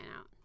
out